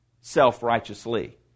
self-righteously